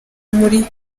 muri